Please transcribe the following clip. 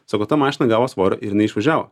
sako ta mašina gavo svorio ir jinai išvažiavo